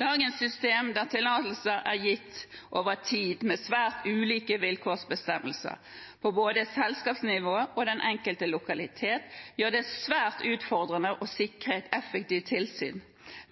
Dagens system der tillatelser er gitt over tid med svært ulike vilkårsbestemmelser på både selskapsnivå og den enkelte lokalitet, gjør det svært utfordrende å sikre et effektivt tilsyn.